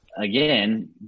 again